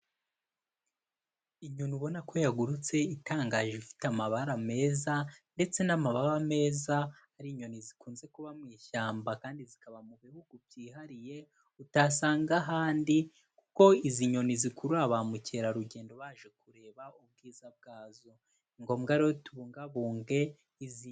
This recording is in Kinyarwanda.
Inyoni ubona ko yagurutse itangaje ifite amabara meza ndetse n'amababa meza ari inyoni zikunze kuba mu ishyamba kandi zikaba mu bihugu byihariye, utasanga ahandi kuko izi nyoni zikurura ba mukerarugendo baje kureba ubwiza bwazo. Ni ngombwa rero tubungabunge n'izindi.